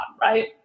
right